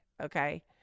Okay